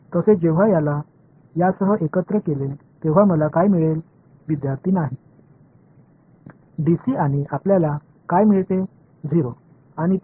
இதேபோல் இந்த பையன் இந்த பையனுடன் இணைந்தால் எனக்கு எதுவும் கிடைக்காது மாணவர்No Dc மற்றும் உங்களுக்கு 0 கிடைக்கும்